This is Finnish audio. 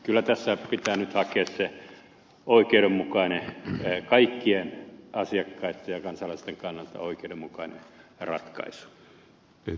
kyllä tässä pitää nyt hakea se kaikkien asiakkaitten ja kansalaisten kannalta oikeudenmukainen ratkaisu